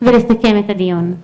את הדיון.